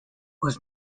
was